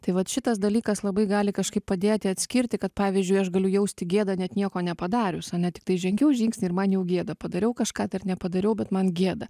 tai vat šitas dalykas labai gali kažkaip padėti atskirti kad pavyzdžiui aš galiu jausti gėdą net nieko nepadarius ane tiktai žengiau žingsnį ir man jau gėda padariau kažką dar nepadariau bet man gėda